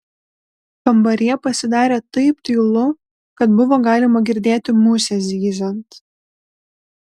kambaryje pasidarė taip tylu kad buvo galima girdėti musę zyziant